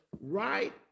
right